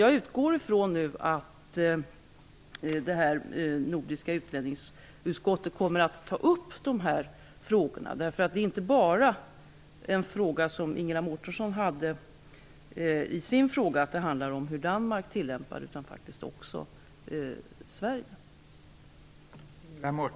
Jag utgår från att det Nordiska Utlänningsutskottet skall ta upp dessa frågor. Ingela Mårtenssons fråga gäller inte bara hur Danmark tillämpar dessa rutiner utan även hur Sverige gör det.